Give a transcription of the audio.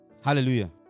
Hallelujah